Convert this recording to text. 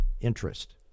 interest